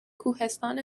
کوهستان